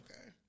Okay